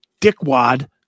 dickwad